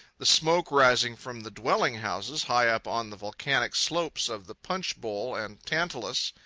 the smoke rising from the dwelling-houses high up on the volcanic slopes of the punch bowl and tantalus.